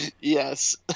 yes